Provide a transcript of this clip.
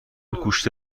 گوشت